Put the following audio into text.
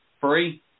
free